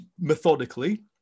methodically